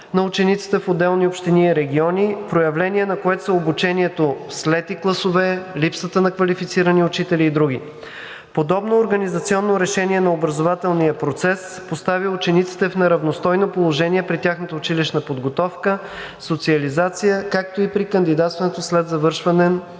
на учениците в отделни общини, региони – проявление на което са обучението в слети класове, липсата на квалифицирани учители и други. Подобно организационно решение на образователния процес поставя учениците в неравностойно положение при тяхната училищна подготовка, социализация, както и при кандидатстването след завършване на